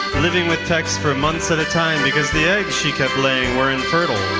living with tex for months at a time because the eggs she kept laying were infertile.